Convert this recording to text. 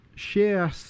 share